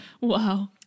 wow